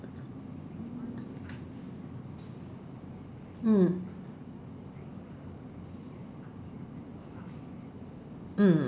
mm mm